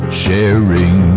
sharing